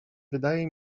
wydaje